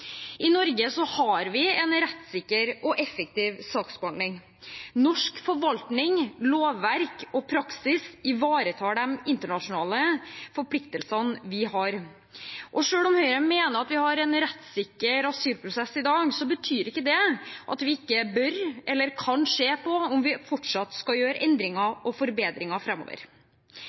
I Norge har vi en rettssikker og effektiv saksbehandling. Norsk forvaltning, lovverk og praksis ivaretar de internasjonale forpliktelsene vi har. Og selv om Høyre mener at vi har en rettssikker asylprosess i dag, betyr ikke det at vi ikke bør eller kan se på om vi fortsatt skal gjøre endringer og forbedringer framover.